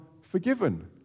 forgiven